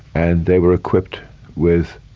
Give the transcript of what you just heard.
and they were equipped with